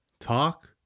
talk